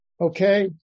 okay